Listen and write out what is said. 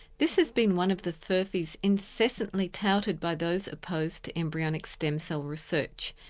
this has been one of the furphies incessantly touted by those opposed to embryonic stem cell research,